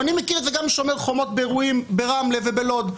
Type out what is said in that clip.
אני מכיר את זה גם משומר חומות באירועים ברמלה ובלוד.